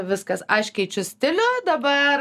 viskas aš keičiu stilių dabar